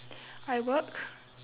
I work